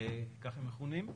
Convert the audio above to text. כך הם מכונים,